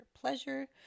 pleasure